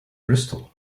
bristol